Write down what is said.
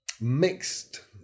mixed